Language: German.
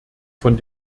von